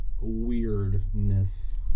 weirdness